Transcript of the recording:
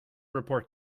report